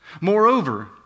Moreover